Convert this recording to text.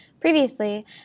Previously